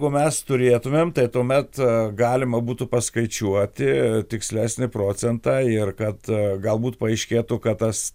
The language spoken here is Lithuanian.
jeigu mes turėtumėm tai tuomet galima būtų paskaičiuoti tikslesnį procentą ir kad galbūt paaiškėtų kad tas